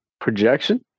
Projection